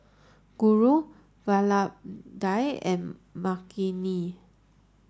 Guru Vallabhbhai and Makineni